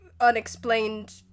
unexplained